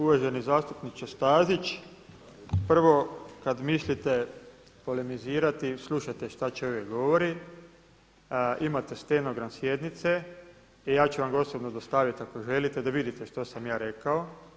Uvaženi zastupniče Stazić, prvo kada mislite polemizirati slušajte šta čovjek govori, imate stenogram sjednice i ja ću vam ga osobno dostaviti ako želite da vidite što osam ja rekao.